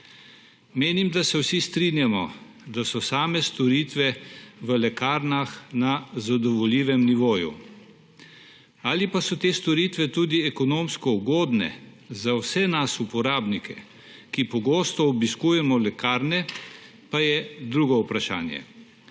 Menim, da se vsi strinjamo, da so same storitve v lekarnah na zadovoljivem nivoju. Ali pa so te storitve tudi ekonomsko ugodne za vse nas uporabnike, ki pogosto obiskujemo lekarne, pa je drugo vprašanje.